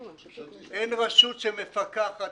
אין רשות שמפקחת.